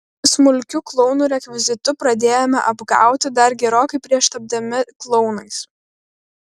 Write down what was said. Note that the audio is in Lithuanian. smulkiu klounų rekvizitu pradėjome apgauti dar gerokai prieš tapdami klounais